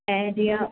ऐं जीअं